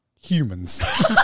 humans